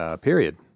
Period